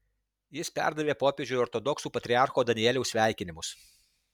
jis perdavė popiežiui ortodoksų patriarcho danieliaus sveikinimus